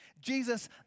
Jesus